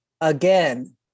again